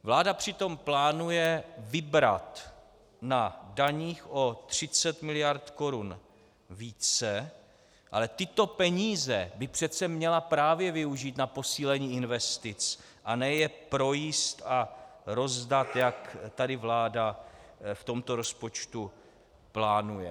Vláda přitom plánuje vybrat na daních o 30 mld. Kč více, ale tyto peníze by přece měla právě využít na posílení investic, a ne je projíst a rozdat, jak tady vláda v tomto rozpočtu plánuje.